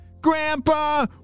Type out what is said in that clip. Grandpa